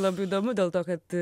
labai įdomu dėl to kad